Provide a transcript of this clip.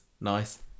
nice